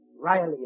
Riley